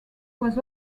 was